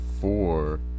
four